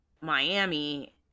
Miami